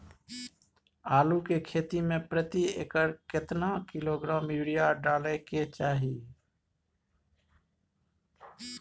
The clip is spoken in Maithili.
आलू के खेती में प्रति एकर केतना किलोग्राम यूरिया डालय के चाही?